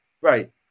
Right